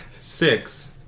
Six